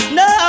no